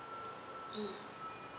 mm